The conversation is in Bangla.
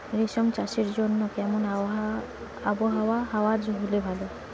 রেশম চাষের জন্য কেমন আবহাওয়া হাওয়া হলে ভালো?